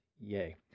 yay